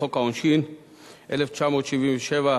מס' 18). הצעת חוק העונשין (תיקון מס' 116)